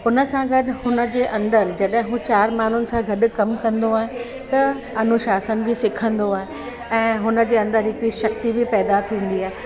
हुन सां गॾु हुन जे अंदरि जॾहिं हू चार माण्हुनि सां गॾु कमु कंदो आहे त अनुशासन बि सिखंदो आहे ऐं हुन जे अंदरि हिक शक्ती बि पैदा थींदी आहे